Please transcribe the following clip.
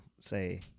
say